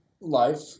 life